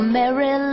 Mary